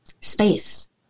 space